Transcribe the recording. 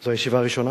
זו הישיבה הראשונה?